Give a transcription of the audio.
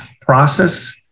process